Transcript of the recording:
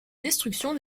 destruction